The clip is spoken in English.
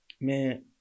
Man